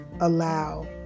allow